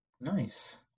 Nice